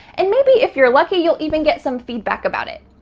and maybe if you're lucky, you'll even get some feedback about it.